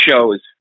shows